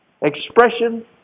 expression